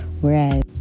Whereas